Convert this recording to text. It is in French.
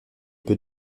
peu